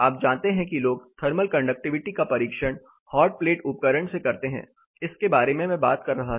आप जानते हैं कि लोग थर्मल कंडक्टिविटी का परीक्षण हॉटप्लेट उपकरण से करते हैं इसके बारे में मैं बात कर रहा था